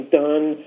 done